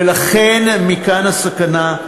ולכן, מכאן הסכנה.